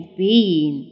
pain